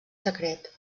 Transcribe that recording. secret